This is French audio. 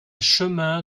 chemin